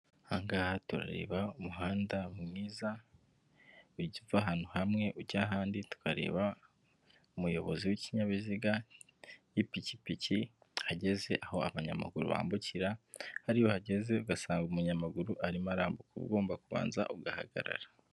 Aha ngaha turareba umuhanda mwiza uva ahantu hamwe ujya ahandi, tukareba umuyobozi w'ikinyabiziga y'ipikipiki ageze aho abanyamaguru bambukira, hariya iyo uhageze ugasanga umunyamaguru arimo arambuka, uba ugomba kubanza ugahagarara.